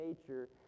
nature